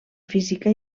física